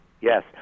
yes